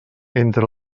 entre